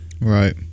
Right